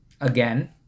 again